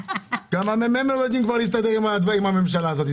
גם הממ"מ לא יודעים כבר להסתדר עם הממשלה הזאת,